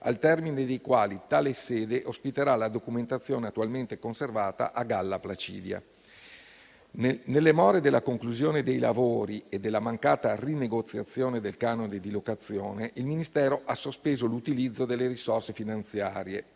al termine dei quali tale sede ospiterà la documentazione attualmente conservata a via Galla Placidia. Nelle more della conclusione dei lavori e della mancata rinegoziazione del canone di locazione, il Ministero ha sospeso l'utilizzo delle risorse finanziarie,